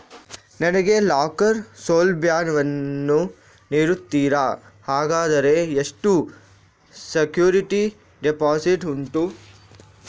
ನನಗೆ ಲಾಕರ್ ಸೌಲಭ್ಯ ವನ್ನು ನೀಡುತ್ತೀರಾ, ಹಾಗಾದರೆ ಎಷ್ಟು ಸೆಕ್ಯೂರಿಟಿ ಡೆಪೋಸಿಟ್ ಉಂಟು?